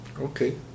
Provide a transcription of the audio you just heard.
Okay